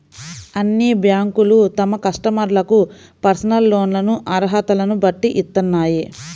అన్ని బ్యేంకులూ తమ కస్టమర్లకు పర్సనల్ లోన్లను అర్హతలను బట్టి ఇత్తన్నాయి